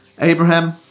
Abraham